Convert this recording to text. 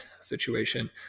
situation